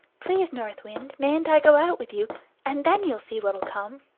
please, north wind, mayn't i go out with you and then you'll see what'll come.